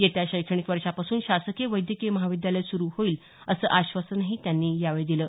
येत्या शैक्षणिक वर्षापासून शासकीय वैद्यकीय महाविद्यालय सुरु होईल असं आश्वासनही त्यांनी यावेळी दिल